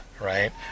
right